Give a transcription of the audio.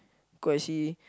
go and see